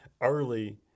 early